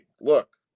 look